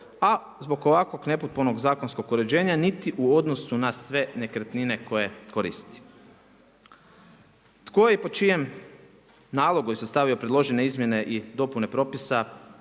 A zbog ovakvog nepotpunog zakonskog uređenja, niti u odnosu na sve nekretnine koje koristi. Tko je i po čijem nalogu je sastavio izmjene i dopune propisa,